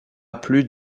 plus